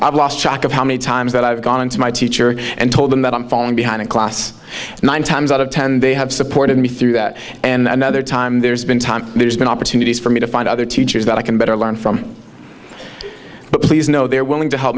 i've lost track of how many times that i've gone to my teacher and told them that i'm falling behind in class nine times out of ten they have supported me through that and other time there's been time there's been opportunities for me to find other teachers that i can better learn from but please know they're willing to help